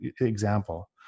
example